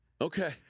Okay